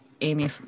Amy